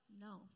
no